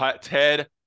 Ted